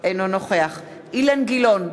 אינו נוכח אילן גילאון,